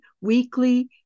weekly